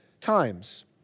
times